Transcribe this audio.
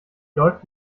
läuft